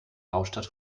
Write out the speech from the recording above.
hauptstadt